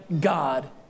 God